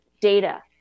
data